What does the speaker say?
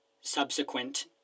subsequent